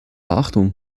achtung